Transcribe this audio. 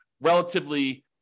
relatively